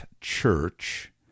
Church